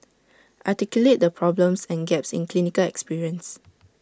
articulate the problems and gaps in clinical experience